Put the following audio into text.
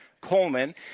Coleman